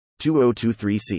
2023C